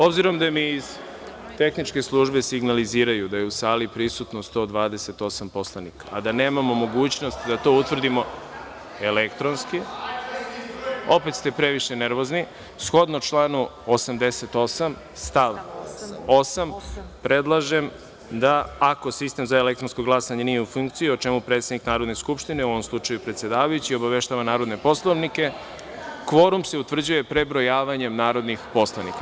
Obzirom da mi iz tehničke službe signaliziraju da je u sali prisutno 128 poslanika, a da nemamo mogućnost da to utvrdimo elektronski, shodno članu 88. stav 8. predlažem da, ako sistem za elektronsko glasanje nije u funkciji, o čemu predsednik Narodne skupštine, u ovom slučaju predsedavajući, obaveštava narodne poslanike, kvorum se utvrđuje prebrojavanjem narodnih poslanika.